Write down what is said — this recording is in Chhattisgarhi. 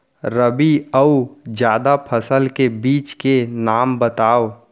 रबि अऊ जादा फसल के बीज के नाम बताव?